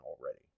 already